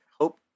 Hope